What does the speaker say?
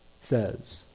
says